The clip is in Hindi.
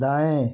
दाएँ